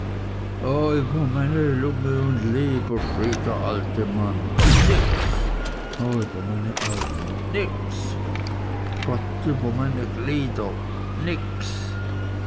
o über meine lunge ünd leber schrie der alte mann nix o über meine augen nix gott über meine glieder nix